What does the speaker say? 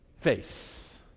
face